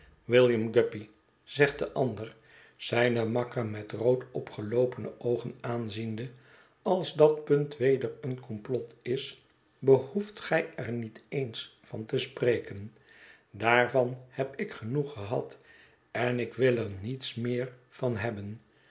william guppy zegt de ander zijn makker met rood opgeloopene oogen aanziende als dat punt weder een komplot is behoeft gij er niet eens van te spreken daarvan heb ik genoeg gehad en en ik wil er niets meer van hebben